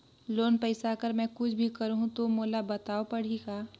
Loan पइसा कर मै कुछ भी करहु तो मोला बताव पड़ही का?